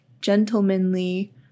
gentlemanly